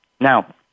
Now